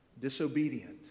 disobedient